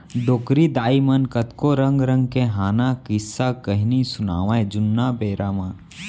डोकरी दाइ मन कतको रंग रंग के हाना, किस्सा, कहिनी सुनावयँ जुन्ना बेरा म